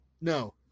No